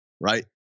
Right